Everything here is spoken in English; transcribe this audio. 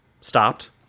stopped